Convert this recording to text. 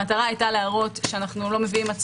המטרה היתה להראות שאנחנו לא מביאים-